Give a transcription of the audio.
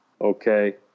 okay